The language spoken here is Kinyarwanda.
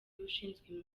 ushinzwe